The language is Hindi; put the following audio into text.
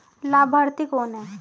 लाभार्थी कौन है?